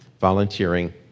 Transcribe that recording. volunteering